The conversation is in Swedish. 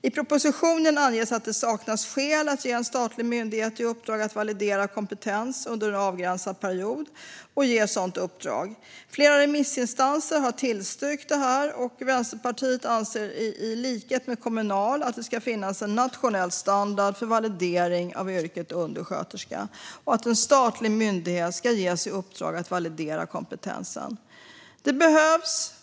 I propositionen anges att det saknas skäl att ge en statlig myndighet i uppdrag att validera kompetens under en avgränsad period. Flera remissinstanser har tillstyrkt detta, och Vänsterpartiet anser, i likhet med Kommunal, att det ska finnas en nationell standard för validering av yrket undersköterska. En statlig myndighet ska ges i uppdrag att validera kompetensen. Fru talman!